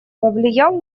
повлиял